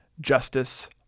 justice